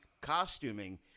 costuming